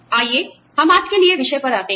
आइए हम आज के लिए विषय पर आते हैं